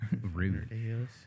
Rude